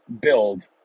build